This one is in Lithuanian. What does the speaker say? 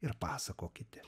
ir pasakokite